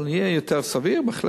אבל יהיה בהחלט יותר סביר.